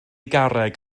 garreg